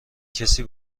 کسی